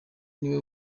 niwe